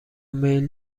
میل